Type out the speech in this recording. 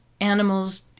animals